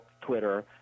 Twitter